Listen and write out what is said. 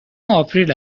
آپریل